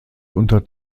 unter